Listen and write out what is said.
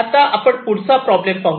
आता आपण पुढे प्रॉब्लेम पाहूया